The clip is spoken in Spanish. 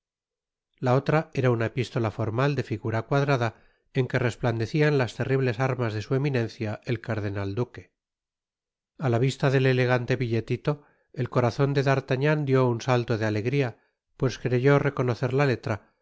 la otra era una ep stola formal de figura cuadrada en que resplandecian las terribles armas de su eminencia el cardenal duque a la vista del elegante billetito el corazon de d'artagnan dió un salto de alegria pues creyó reconocer la letra